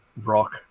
rock